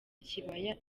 kibaya